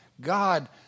God